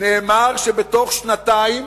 נאמר שבתוך שנתיים,